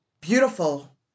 beautiful